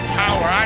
power